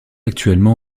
actuellement